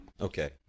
Okay